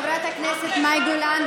חברת הכנסת מאי גולן,